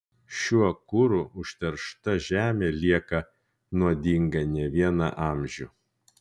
šiuo kuru užteršta žemė lieka nuodinga ne vieną amžių